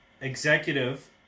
executive